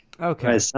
Okay